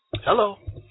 Hello